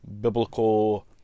biblical